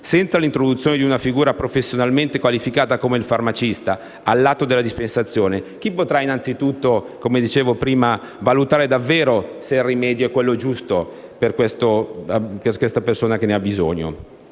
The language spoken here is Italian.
senza l'introduzione di una figura professionalmente qualificata come il farmacista all'atto della dispensazione, chi potrà innanzitutto valutare se davvero il rimedio è giusto per la persona che ne ha bisogno?